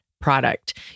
product